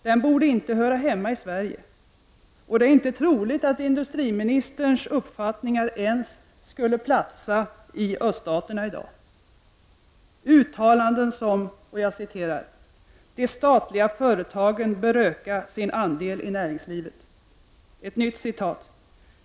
Den borde inte höra hemma i Sverige, och det är inte troligt att industriministerns uppfattningar skulle platsa ens i öststaterna i dag. Han har gjort uttalanden som dessa: De statliga företagen bör öka sin andel i näringslivet.